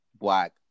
black